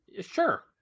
Sure